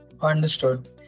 Understood